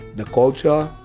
the culture,